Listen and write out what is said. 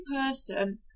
person